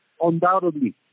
undoubtedly